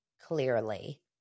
clearly